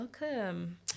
Welcome